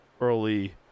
early